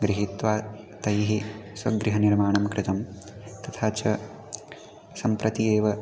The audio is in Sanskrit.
गृहीत्वा तैः स्वगृहनिर्माणं कृतं तथा च सम्प्रति एव